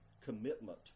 commitment